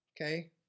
Okay